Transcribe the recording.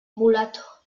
mulato